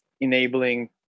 enabling